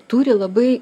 turi labai